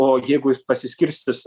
o jeigu jis pasiskirstys